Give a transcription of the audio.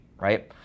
Right